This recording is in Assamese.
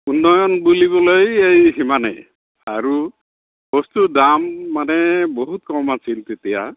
উন্নয়ন বুলিবলৈ সেই সিমানেই আৰু মানে বস্তু দাম মানে বহুত কম আছিল তেতিয়া